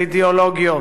האידיאולוגיות.